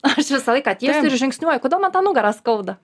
aš visą laiką tiesi ir žingsniuoju kodėl man tą nugarą skauda